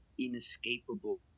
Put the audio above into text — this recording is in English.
inescapable